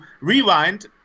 Rewind